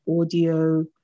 audio